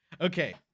Okay